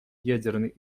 ядерной